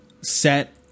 Set